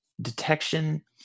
detection